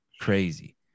Crazy